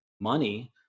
money